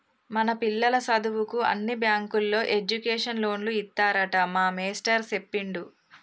మన పిల్లల సదువుకు అన్ని బ్యాంకుల్లో ఎడ్యుకేషన్ లోన్లు ఇత్తారట మా మేస్టారు సెప్పిండు